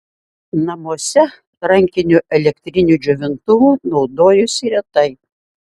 namuose rankiniu elektriniu džiovintuvu naudojosi retai